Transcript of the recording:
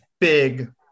big